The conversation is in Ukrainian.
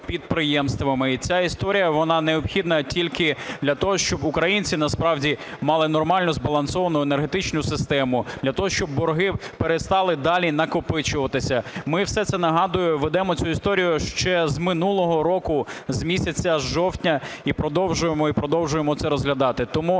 підприємствами. І ця історія вона необхідна тільки для того, щоб українці насправді мали нормальну збалансовану енергетичну систему для того, щоб борги перестали далі накопичуватися. Ми все це, нагадую, ведемо цю історію ще з минулого року з місяця жовтня і продовжуємо, і продовжуємо